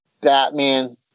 Batman